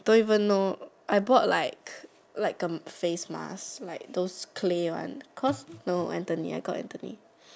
don't even know I bought like like a face mask like those clay one cause no Anthony I got Anthony